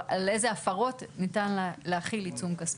על אלו הפרות ניתן להחיל עיצום כספי.